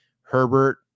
herbert